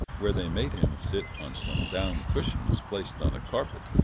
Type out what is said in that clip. where they made him sit on some down cushions placed on a carpet,